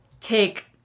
take